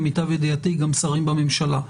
למיטב ידיעתי גם שרים בממשלה.